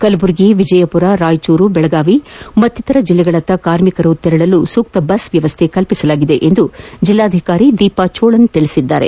ಕಲಬುರ್ಗಿ ವಿಜಯಪುರ ರಾಯಚೂರು ಬೆಳಗಾವಿ ಮತ್ತಿತರ ಜಿಲ್ಲೆಗಳತ್ತ ಕಾರ್ಮಿಕರು ತೆರಳಲು ಸೂಕ್ತ ಬಸ್ ವ್ಯವಸ್ಥೆ ಮಾಡಲಾಗಿದೆ ಎಂದು ಜಿಲ್ಲಾಧಿಕಾರಿ ದೀಪಾ ಚೋಳನ್ ತಿಳಿಸಿದ್ದಾರೆ